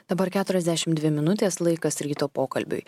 dabar keturiasdešimt dvi minutės laikas ryto pokalbiui